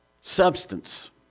Substance